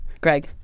Greg